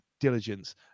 diligence